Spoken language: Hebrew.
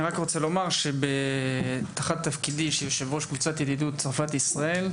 אני רק רוצה לומר שתחת תפקידי כיו״ר קבוצת ידידות צרפת - ישראל,